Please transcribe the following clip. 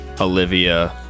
Olivia